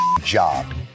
job